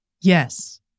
Yes